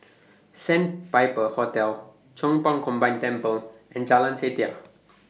Sandpiper Hotel Chong Pang Combined Temple and Jalan Setia